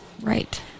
Right